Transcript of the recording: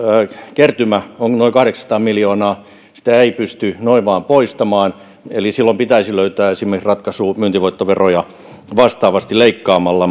kertymä on noin kahdeksansataa miljoonaa sitä ei pysty noin vain poistamaan eli silloin pitäisi löytää ratkaisu esimerkiksi myyntivoittoveroja vastaavasti leikkaamalla